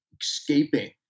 escaping